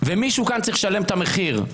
ומישהו כאן צריך לשלם את המחיר.